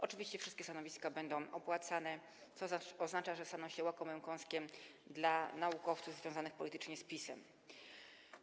Oczywiście wszystkie stanowiska będą opłacane, co oznacza, że staną się łakomym kąskiem dla naukowców związanych politycznie z PiS-em.